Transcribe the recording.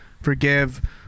forgive